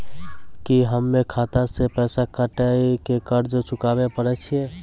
की हम्मय खाता से पैसा कटाई के कर्ज चुकाबै पारे छियै?